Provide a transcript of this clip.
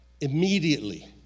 immediately